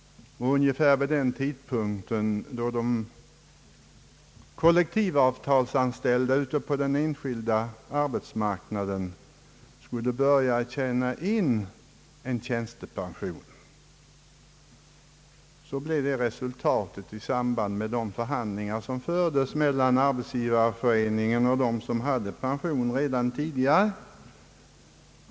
Ungefär vid den tidpunkten då de kollektivavtalsanställda ute på den enskilda marknaden skulle börja tjäna in en tjänstepension blev ITP-förmånerna resultatet av de förhandlingar som fördes mellan Arbetsgivareföreningen och dem som redan tidigare hade pension.